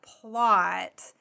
plot